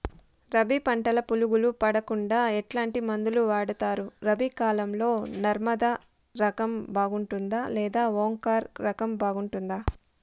రబి పంటల పులుగులు పడకుండా ఎట్లాంటి మందులు వాడుతారు? రబీ కాలం లో నర్మదా రకం బాగుంటుందా లేదా ఓంకార్ రకం బాగుంటుందా?